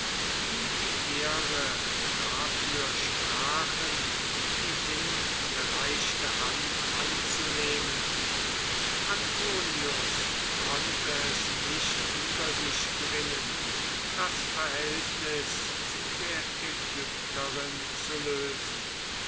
wie die ehre dafür sprachen die hingereichte hand anzunehmen antonius konnte es nicht über sich gewinnen das verhältnis zu der ägypterin zu lösen